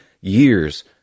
years